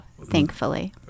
thankfully